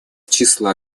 числа